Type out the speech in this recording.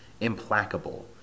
implacable